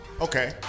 Okay